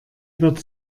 wird